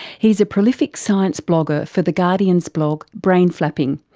he's a prolific science blogger for the guardian's blog, brain flapping,